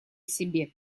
себе